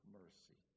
mercy